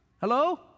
Hello